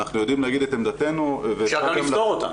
אנחנו יודעים להגיד את עמדתנו --- אפשר גם לפתור אותן.